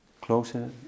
closer